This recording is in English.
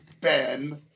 Ben